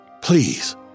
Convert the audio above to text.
Please